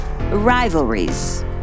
Rivalries